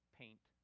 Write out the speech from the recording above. paint